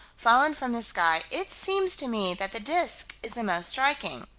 fallen from the sky, it seems to me that the disk is the most striking.